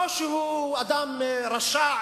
לא שהוא אדם רשע,